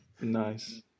nice